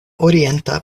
orienta